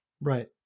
right